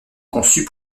conçus